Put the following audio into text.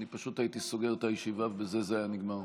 אני פשוט הייתי סוגר את הישיבה ובזה זה היה נגמר.